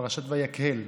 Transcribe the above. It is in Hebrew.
בפרשת ויקהל: